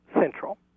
central